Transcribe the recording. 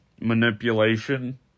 manipulation